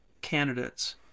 candidates